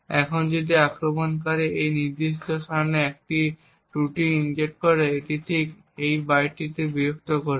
এখন যদি আক্রমণকারী এই নির্দিষ্ট স্থানে একটি ত্রুটি ইনজেক্ট করে এটি ঠিক এই বাইটটিকে বিরক্ত করবে